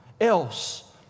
else